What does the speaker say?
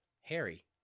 Harry